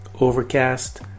Overcast